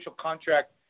contract